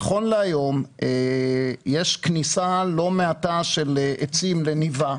נכון להיום יש כניסה לא מעטה של עצים לניבה,